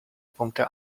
punkte